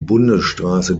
bundesstraße